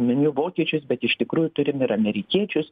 miniu vokiečius bet iš tikrųjų turim ir amerikiečius